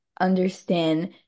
understand